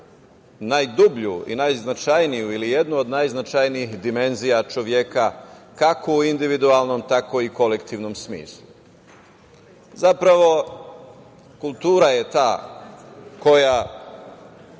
najdublju i najznačajniju ili jednu od najznačajnijih dimenzija čoveka, kako u individualnom tako i kolektivnom smislu. Zapravo, kultura je ta koja